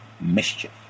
mischief